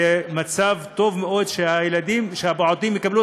זה מצב טוב מאוד שהילדים והפעוטות יקבלו